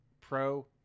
pro